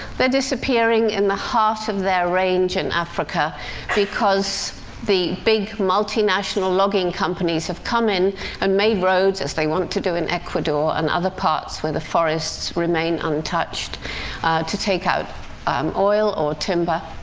they're disappearing in the heart of their range in and africa because the big multinational logging companies have come in and made roads as they want to do in ecuador and other parts where the forests remain untouched to take out um oil or timber.